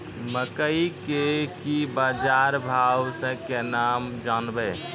मकई के की बाजार भाव से केना जानवे?